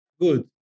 good